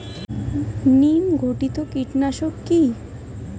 নিম ঘটিত কীটনাশক কি?